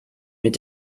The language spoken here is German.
mit